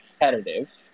competitive